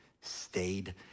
stayed